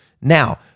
Now